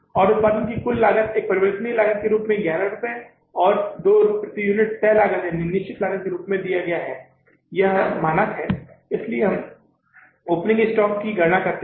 और उत्पादन की कुल लागत एक परिवर्तनीय लागत के रूप में 11 रुपये और प्रति यूनिट 2 रुपये तय लागत के रूप में है जो हमें दिया गया मानक है इसलिए हमने ओपनिंग स्टॉक की गणना की है